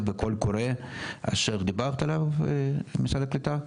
בקול קורא אשר דיברת עליו משרד הקליטה?